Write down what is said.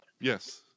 yes